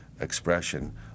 expression